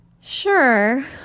sure